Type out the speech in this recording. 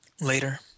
Later